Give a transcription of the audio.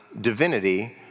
divinity